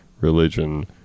religion